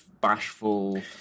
bashful